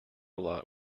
lot